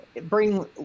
bring